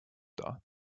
dar